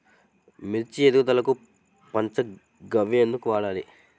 మిర్చి ఎదుగుదలకు పంచ గవ్య ఎందుకు వాడాలి?